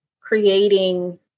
creating